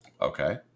Okay